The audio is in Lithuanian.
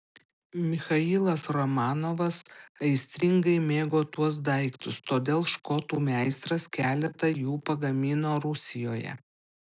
michailas romanovas aistringai mėgo tuos daiktus todėl škotų meistras keletą jų pagamino rusijoje